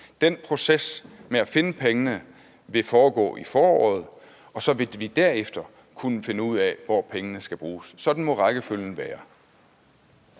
Den proces med at finde pengene vil foregå i foråret, og så vil vi derefter kunne finde ud af, hvor pengene skal bruges. Sådan må rækkefølgen være.